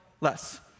less